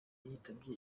yitabye